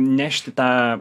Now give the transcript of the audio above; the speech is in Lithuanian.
nešti tą